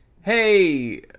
hey